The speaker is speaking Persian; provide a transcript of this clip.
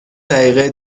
دقیقه